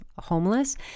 homeless